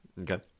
Okay